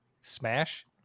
smash